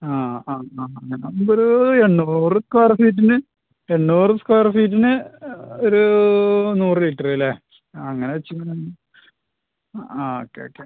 ആ ആ ആ എന്നാൽ ഇതൊരു എണ്ണൂറ് സ്ക്വയർ ഫീറ്റിന് എണ്ണൂറ് സ്ക്വയർ ഫീറ്റിന് ഒരു നൂറ് ലിറ്റർ അല്ലേ അങ്ങനെ വെച്ച് ആ ആ ഓക്കെ ഓക്കെ